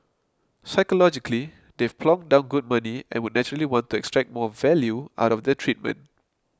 psychologically they've plonked down good money and would naturally want to extract more value out of their treatment